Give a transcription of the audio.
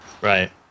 Right